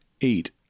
eight